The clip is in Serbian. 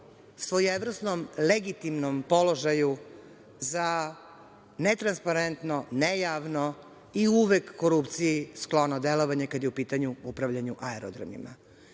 svojevrsnom legitimnom položaju za netransparentno, ne javno i uvek korupciji sklono delovanje, kada je u pitanju upravljanje aerodromima. Ne